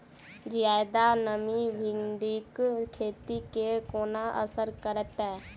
जियादा नमी भिंडीक खेती केँ कोना असर करतै?